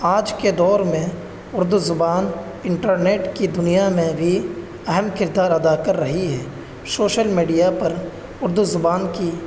آج کے دور میں اردو زبان انٹرنیٹ کی دنیا میں بھی اہم کردار ادا کر رہی ہے شوشل میڈیا پر اردو زبان کی